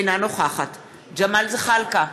אינה נוכחת ג'מאל זחאלקה,